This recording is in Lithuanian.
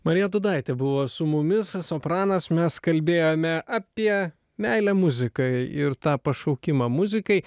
marija dūdaitė buvo su mumis sopranas mes kalbėjome apie meilę muzikai ir tą pašaukimą muzikai